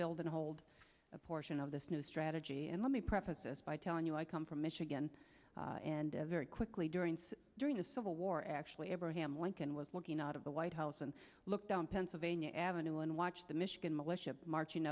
build and hold a portion of this new strategy and let me preface this by telling you i come from michigan and very quickly during during the civil war actually abraham lincoln was walking out of the white house and looked down pennsylvania avenue and watched the michigan militia marching